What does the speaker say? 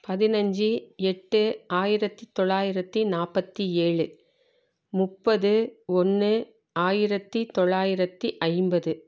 பதினைஞ்சி எட்டு ஆயிரத்து தொள்ளாயிரத்தி நாற்பத்தி ஏழு முப்பது ஒன்று ஆயிரத்து தொள்ளாயிரத்தி ஐம்பது